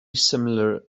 similar